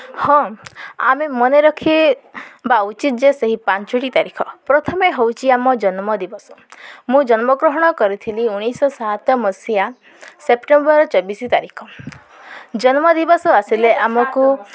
ହଁ ଆମେ ମନେ ରଖିବା ଉଚିତ୍ ଯେ ସେହି ପାଞ୍ଚଟି ତାରିଖ ପ୍ରଥମେ ହେଉଛି ଆମ ଜନ୍ମ ଦିବସ ମୁଁ ଜନ୍ମଗ୍ରହଣ କରିଥିଲି ଉଣେଇଶହ ସାତ ମସିହା ସେପ୍ଟେମ୍ବର୍ ଚବିଶ ତାରିଖ ଜନ୍ମ ଦିବସ ଆସିଲେ ଆମକୁ